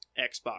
Xbox